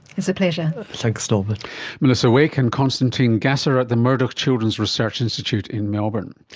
it's a pleasure. thanks norman. melissa wake and constantine gasser at the murdoch children's research institute in melbourne.